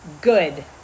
good